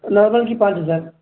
normal کی پانچ ہزار